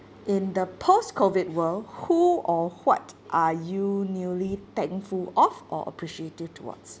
in the post COVID world who or what are you newly thankful of or appreciative towards